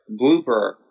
blooper